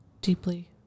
deeply